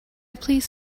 please